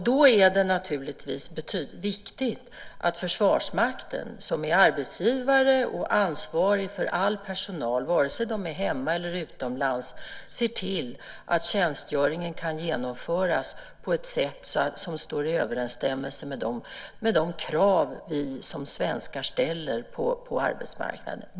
Då är det naturligtvis viktigt att Försvarsmakten, som är arbetsgivare och ansvarig för all personal vare sig den är hemma eller utomlands, ser till att tjänstgöringen kan genomföras på ett sätt som står i överensstämmelse med de krav som vi som svenskar ställer på arbetsmarknaden.